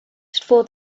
for